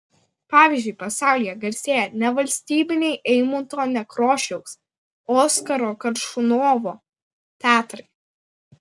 pavyzdžiui pasaulyje garsėja nevalstybiniai eimunto nekrošiaus oskaro koršunovo teatrai